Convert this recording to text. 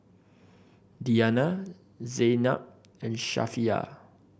Diyana Zaynab and Safiya